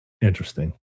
interesting